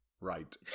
right